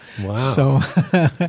Wow